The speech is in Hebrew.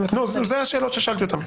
אלה השאלות ששאלתי אותם.